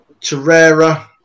Torreira